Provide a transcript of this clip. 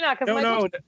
no